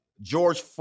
George